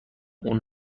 اون